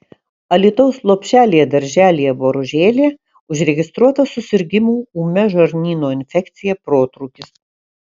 alytaus lopšelyje darželyje boružėlė užregistruotas susirgimų ūmia žarnyno infekcija protrūkis